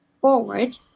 forward